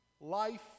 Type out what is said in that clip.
Life